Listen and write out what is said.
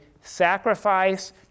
sacrifice